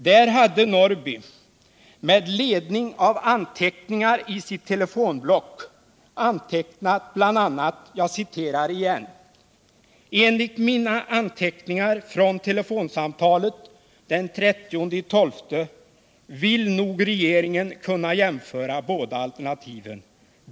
På kopian hade Norrby med ledning av anteckning i sitt telefonblock skrivit bl.a.: ”Enligt mina anteckningar från telefonsamtalet den 30/12 vill nog regeringen kunna jämföra båda alternativen.